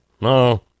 no